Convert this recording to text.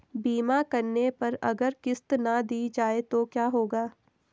बीमा करने पर अगर किश्त ना दी जाये तो क्या होगा?